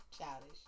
Childish